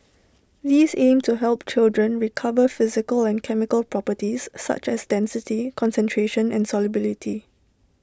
these aim to help children discover physical and chemical properties such as density concentration and solubility